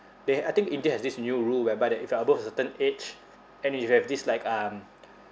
they I think india has this new rule whereby that if you're above a certain age and if you have this like um